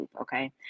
Okay